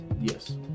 yes